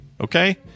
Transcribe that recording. Okay